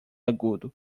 agudo